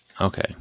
Okay